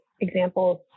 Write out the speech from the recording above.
examples